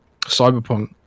Cyberpunk